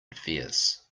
fierce